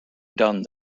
done